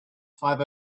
five